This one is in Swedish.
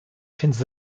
finns